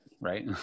right